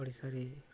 ପଢ଼ି ସାରି